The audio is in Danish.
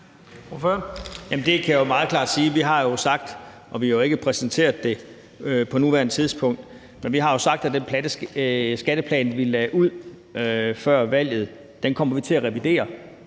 det kan jeg meget klart sige. Vi har jo ikke præsenteret det på nuværende tidspunkt, men vi har jo sagt, at den skatteplan, vi lagde ud før valget, kommer vi til at revidere.